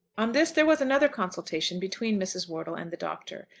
on this there was another consultation between mrs. wortle and the doctor,